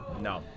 No